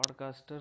podcaster